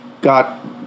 got